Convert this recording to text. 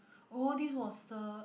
oh this was the